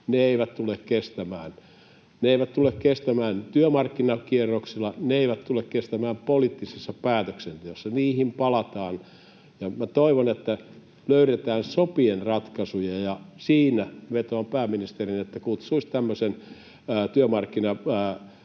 Ne eivät tule kestämään. Ne eivät tule kestämään työmarkkinakierroksilla, ne eivät tule kestämään poliittisessa päätöksenteossa — niihin palataan. Minä toivon, että löydetään sopien ratkaisuja, ja siinä veto on pääministerillä, että kutsuisi kasaan tämmöisen työmarkkinajoukon,